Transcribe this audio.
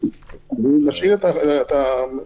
אני משאיר את (ב)